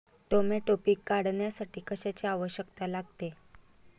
Tomato पीक काढण्यासाठी कशाची आवश्यकता लागते?